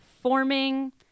forming